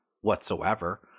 whatsoever